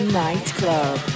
nightclub